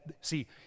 see